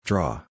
Draw